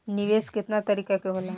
निवेस केतना तरीका के होला?